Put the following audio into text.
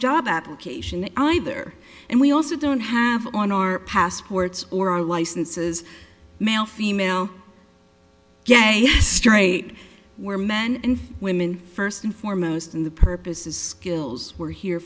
job application either and we also don't have on our passports or our licenses male female yes straight were men and women first and foremost in the purposes skills were here